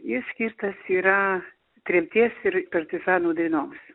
jis skirtas yra tremties ir partizanų dainoms